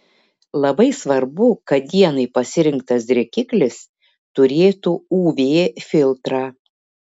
labai svarbu kad dienai pasirinktas drėkiklis turėtų uv filtrą